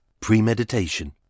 premeditation